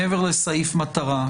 מעבר לסעיף מטרה.